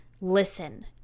listen